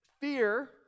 Fear